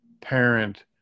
parent